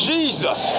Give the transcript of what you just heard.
Jesus